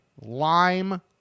lime